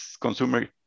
consumer